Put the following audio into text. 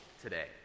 today